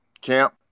camp